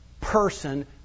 person